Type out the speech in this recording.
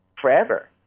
forever